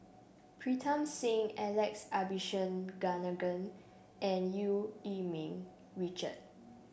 Pritam Singh Alex Abisheganaden and Eu Yee Ming Richard